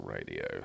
Radio